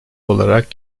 olarak